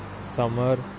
Summer